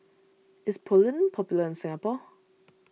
is Polident popular in Singapore